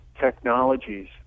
technologies